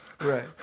Right